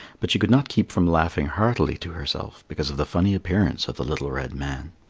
but she could not keep from laughing heartily to herself because of the funny appearance of the little red man.